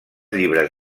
llibres